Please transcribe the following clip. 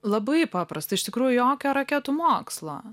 labai paprasta iš tikrųjų jokio raketų mokslo